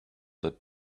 that